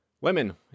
Women